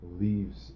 leaves